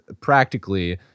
practically